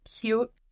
cute